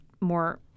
more